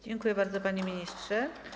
Dziękuję bardzo, panie ministrze.